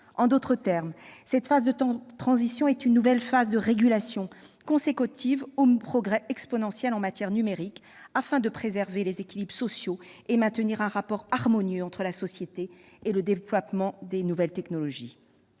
En d'autres termes, cette phase de transition est une nouvelle phase de régulation, consécutive aux progrès exponentiels en matière numérique. Il s'agit de préserver les équilibres sociaux et de maintenir un rapport harmonieux entre la société et le déploiement des nouvelles technologies.